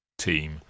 team